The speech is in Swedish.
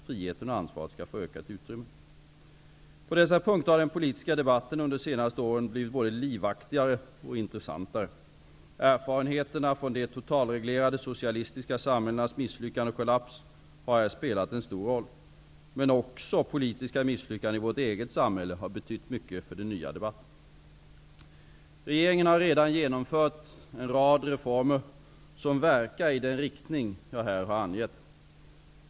Friheten och ansvaret skall få ökat utrymme. På dessa punkter har den politiska debatten under de senaste åren blivit både livaktigare och intressantare. Erfarenheterna från de totalreglerade socialistiska samhällenas misslyckanden och kollaps har här spelat en stor roll. Men också politiska misslyckanden i vårt eget samhälle har betytt mycket för den nya debatten. Regeringen har redan genomfört en rad reformer som verkar i den riktning jag här angett.